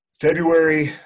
February